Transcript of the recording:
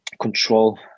control